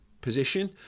position